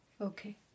Okay